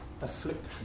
Affliction